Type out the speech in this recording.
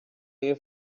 you